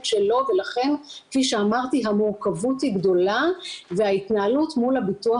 שלו ולכן כפי שאמרתי המורכבות היא גדולה וההתנהלות מול הביטוח